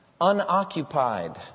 unoccupied